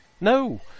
No